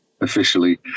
officially